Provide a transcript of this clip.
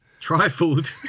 Trifled